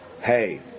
hey